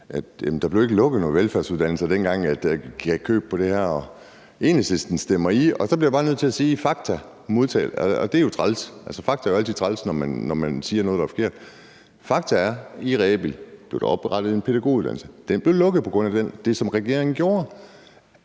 der ikke blev lukket nogen velfærdsuddannelser dengang, og at man giver køb på det her, og at Enhedslisten stemmer i. Så bliver jeg bare nødt til at sige, at fakta er – og fakta er jo altid træls, når man siger noget, der er forkert – at der i Rebild blev oprettet en pædagoguddannelse, og at den blev lukket møde på grund af det, som regeringen gjorde.